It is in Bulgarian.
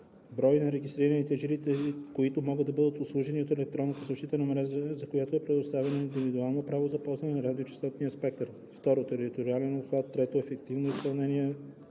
брой на регистрираните жители, които могат да бъдат обслужени от електронната съобщителна мрежа, за която е предоставено индивидуално право за ползване на радиочестотен спектър; 2. териториален обхват; 3. ефективно излъчена